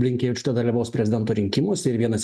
blinkevičiūtė dalyvaus prezidento rinkimuose ir vienas